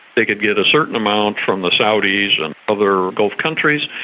they could get a certain amount from the saudis and other gulf countries,